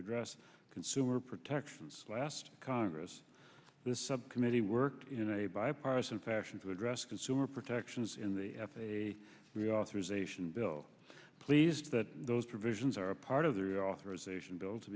address consumer protections last congress the subcommittee worked in a bipartisan fashion to address consumer protections in the f a a reauthorization bill please that those provisions are part of the reauthorization bill to